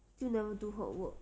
就 never do her work